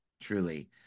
truly